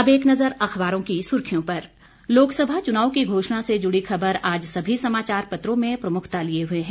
अब एक नजर अखबारों की सुर्खियों पर लोकसभा चुनाव की घोषणा से जुड़ी खबर आज सभी समाचार पत्रों में प्रमुखता लिये हुए है